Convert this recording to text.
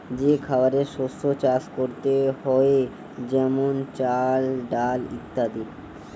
যে খাবারের শস্য চাষ করতে হয়ে যেমন চাল, ডাল ইত্যাদি